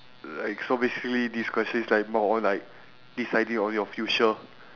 like so basically this question is like more on like deciding on your future